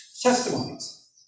Testimonies